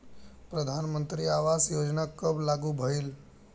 प्रधानमंत्री आवास योजना कब लागू भइल?